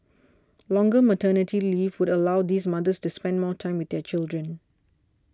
longer maternity leave would allow these mothers to spend more time with their children